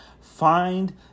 find